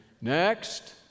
next